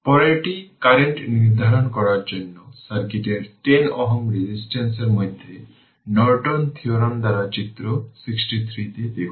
পরেরটি কারেন্ট নির্ধারণ করার জন্য সার্কিটের 10 Ω রেজিস্টর এর মধ্যে নর্টনের থিওরেম দ্বারা চিত্র 63 দেখুন